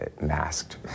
masked